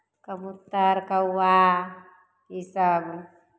कबूतर कौआ इसभ